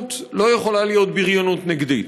לבריונות לא יכולה להיות בריונות נגדית.